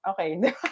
okay